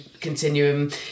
continuum